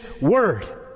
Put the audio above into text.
word